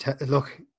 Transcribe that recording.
Look